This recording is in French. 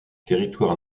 territoire